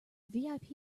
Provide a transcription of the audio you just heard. vip